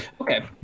okay